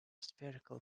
spherical